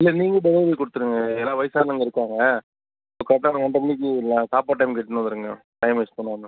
இல்லை நீங்கள் டெலிவரி கொடுத்துடுங்க ஏன்னால் வயதானவுங்க இருக்காங்க கரெட்டாக ஒரு ஒன்ரை மணிக்கு சாப்பாட்டு டைமுக்கு எடுத்துகிட்ன்னு வந்துடுங்க டைம் வேஸ்ட் பண்ணாமல்